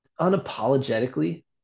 unapologetically